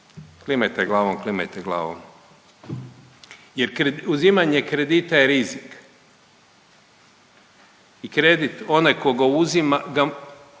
Klimajte glavom, klimajte glavom. Jer uzimanje kredita je rizik i kredit onaj tko ga uzima,